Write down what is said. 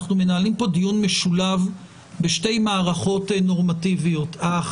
אנחנו מנהלים כאן דיון משולב בשתי מערכות נורמטיביות כאשר